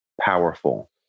powerful